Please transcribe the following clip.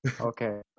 Okay